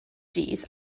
dydd